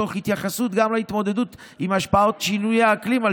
תוך התייחסות להתמודדות עם השפעות שינויי האקלים על